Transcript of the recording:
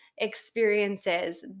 experiences